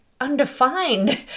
undefined